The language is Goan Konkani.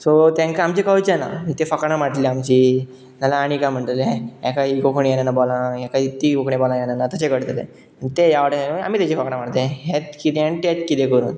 सो तांकां आमचें कळचें ना तें फकाणां मारतलें आमची नाल्या आनी कांय म्हणटलें अशे हाका ही कोंकणी येना बोलांक हाका ती कोंकणी बोलांक येना तशें करतले तें हेवटेची आमी तांचीं फकाणां मारतले हेंंत किदें आनी तेंत किदें करून